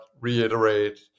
reiterate